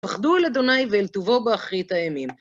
פחדו על אדוני ואל טובו באחרית הימים.